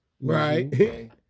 Right